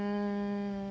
mm